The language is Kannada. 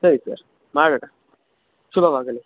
ಸರಿ ಸರ್ ಮಾಡೋಣ ಶುಭವಾಗಲಿ